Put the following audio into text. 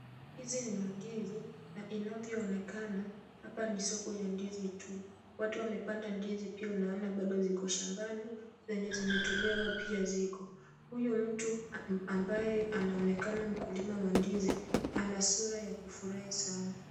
Hizi ni mandizi na inavyoonekana hapa ni soko ya mandizi tu. Watu wamepanda ndizi pia unaona ziko shambani , zenye zimetolewa pia ziko. Huyu mtu ambaye anaonekana mkulima wa ndizi ana sura ya kufurahi sana.